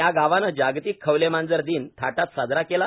या गावानं जागतिक खवलेमांजर दिन थाटात साजरा केला